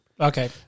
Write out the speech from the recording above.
Okay